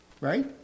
Right